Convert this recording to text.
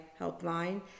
Helpline